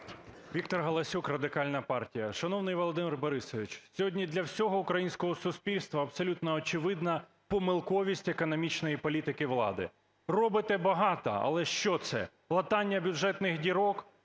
Віктор Галасюк, Радикальна партія. Шановний Володимир Борисович, сьогодні для всього українського суспільства абсолютно очевидна помилковість економічної політики влади. Робите багато, але що це? Латання бюджетних дірок;